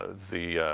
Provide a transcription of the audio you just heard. ah the